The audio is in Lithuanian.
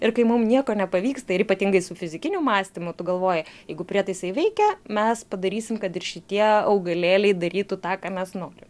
ir kai mum nieko nepavyksta ir ypatingai su fizikiniu mąstymu tu galvoji jeigu prietaisai veikia mes padarysim kad ir šitie augalėliai darytų tą ką mes norim